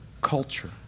culture